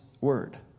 word